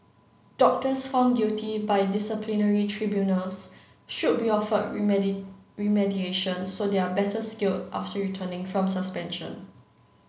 doctors found guilty by disciplinary tribunals should be offered remediation so they are better skilled after returning from suspension